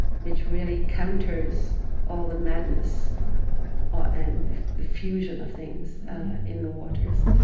which really counters all the madness ah and the the fusion of things in the waters.